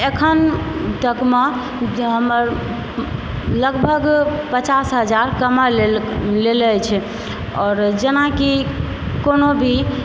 एखन तक मे हमर लगभग पचास हजार कमा लेले अछि आओर जेनाकि कोनो भी